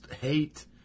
hate